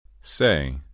Say